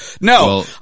No